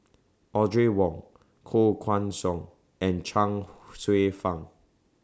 Audrey Wong Koh Guan Song and Chuang Hsueh Fang